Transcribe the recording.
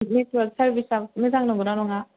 network सारभिसा मोजां नंगौना नङा